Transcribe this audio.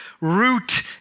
root